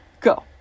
go